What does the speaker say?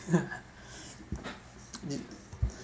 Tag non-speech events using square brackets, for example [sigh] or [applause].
[laughs] need